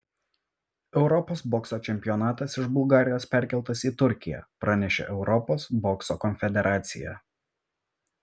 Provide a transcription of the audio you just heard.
europos bokso čempionatas iš bulgarijos perkeltas į turkiją pranešė europos bokso konfederacija